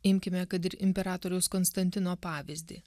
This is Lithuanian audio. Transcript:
imkime kad ir imperatoriaus konstantino pavyzdį